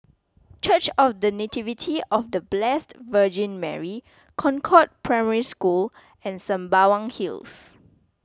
Church of the Nativity of the Blessed Virgin Mary Concord Primary School and Sembawang Hills